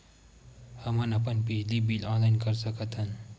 हमन अपन बिजली बिल ऑनलाइन कर सकत हन?